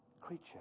creature